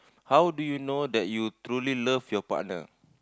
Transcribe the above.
how do you know that you truly love your partner